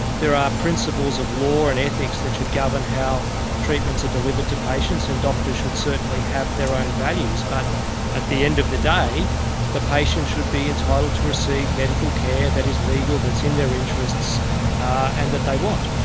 there are principles of law and ethics that should govern how treatments are delivered to patients, and doctors should certainly have their own values, but at the end of the day the patient should be entitled to receive medical care that is legal that is in their interests and that they want.